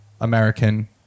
american